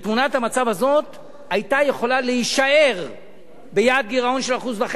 תמונת המצב הזאת היתה יכולה להישאר ביעד גירעון של 1.5%,